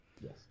Yes